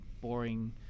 boring